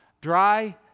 dry